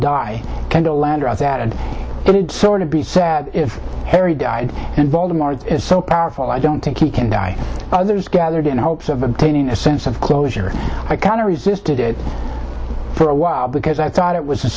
would sort of be sad if harry died and waldemar is so powerful i don't think he can die others gathered in hopes of obtaining a sense of closure i kind of resisted it for a while because i thought it was a